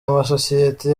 amasosiyete